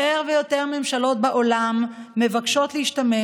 יותר ויותר ממשלות בעולם מבקשות להשתמש